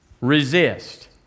resist